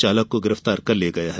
चालक को गिरफ़्तार कर लिया गया है